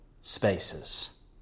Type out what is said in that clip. spaces